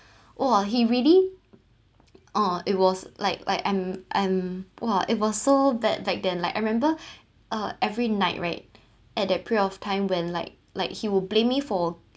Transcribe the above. !wah! he really oh it was like like I'm I'm !wah! it was so bad back then like I remember uh every night right at that period of time when like like he would blame me for